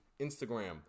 Instagram